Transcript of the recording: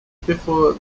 before